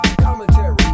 commentary